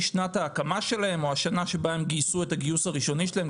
שנת ההקמה שלהם או השנה שבה הם גיוסים את הגיוס הראשוני שלהם,